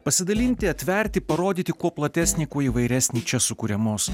pasidalinti atverti parodyti kuo platesnį kuo įvairesnį čia sukuriamos